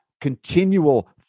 continual